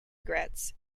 egrets